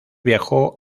viajó